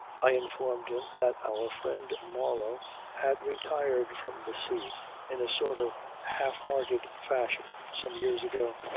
i informed him that our friend marlow had retired from the sea in a sort of half-hearted fashion some years ago.